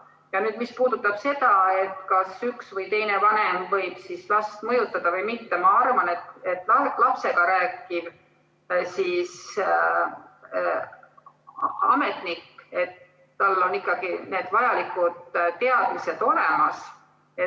Mis puudutab seda, kas üks või teine vanem võib last mõjutada või mitte, siis ma arvan, et lapsega rääkival ametnikul on ikkagi need vajalikud teadmised olemas,